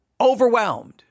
Overwhelmed